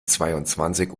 zweiundzwanzig